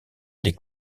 des